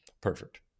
Perfect